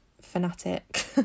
fanatic